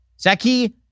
Zaki